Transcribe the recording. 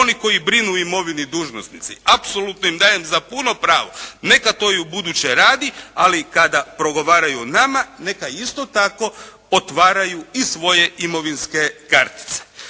oni koji brinu o imovini dužnosnici. Apsolutno im dajem za puno pravo. Neka to i ubuduće radi, ali kada progovaraju o nama neka isto tako otvaraju i svoje imovinske kartice.